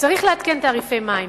צריך לעדכן תעריפי מים,